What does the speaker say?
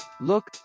Look